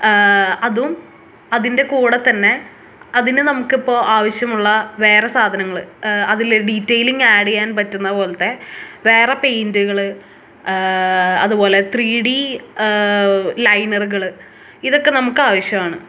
അതും അതിൻ്റെ കൂടെ തന്നെ അതിന് നമുക്കിപ്പോൾ ആവശ്യമുള്ള വേറെ സാധനൾ അതിൽ ഡീറ്റൈലിങ് ആഡ് ചെയ്യാൻ പറ്റുന്ന പോലെത്തെ വേറെ പെയിന്റുകൾ അതുപോലെ ത്രീ ഡി ലൈനറുകൾ ഇതൊക്കെ നമുക്ക് ആവശ്യമാണ്